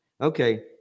Okay